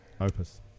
opus